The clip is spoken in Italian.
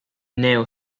neo